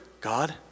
God